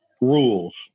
rules